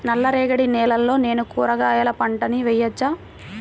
నల్ల రేగడి నేలలో నేను కూరగాయల పంటను వేయచ్చా?